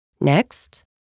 next